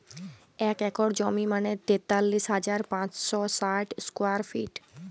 এক একর জমি মানে তেতাল্লিশ হাজার পাঁচশ ষাট স্কোয়ার ফিট